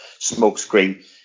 smokescreen